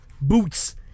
Boots